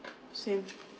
same